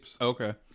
Okay